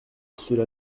cela